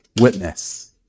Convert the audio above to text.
witness